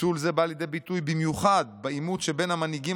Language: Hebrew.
פיצול זה בא לידי ביטוי במיוחד בעימות שבין המנהיגים